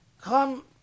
come